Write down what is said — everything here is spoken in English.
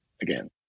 again